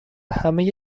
همه